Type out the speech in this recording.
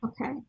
Okay